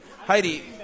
Heidi